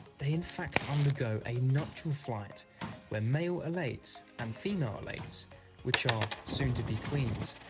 they in fact undergo a nuptial flight where male elates and female elates which are soon to be queens,